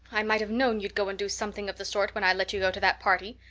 i might have known you'd go and do something of the sort when i let you go to that party,